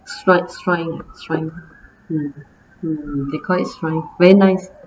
shri~ shrine shrine hmm hmm they call it shrine very nice